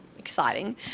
Exciting